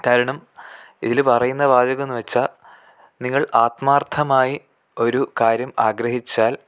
കാരണം ഇതിൽ പറയുന്ന വാചകമെന്ന് വെച്ചാൽ നിങ്ങൾ ആത്മാർഥമായി ഒരു കാര്യം ആഗ്രഹിച്ചാൽ